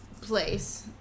place